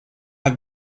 have